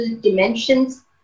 dimensions